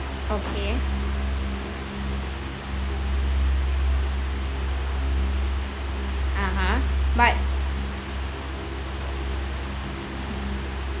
okay (uh huh) but